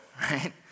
right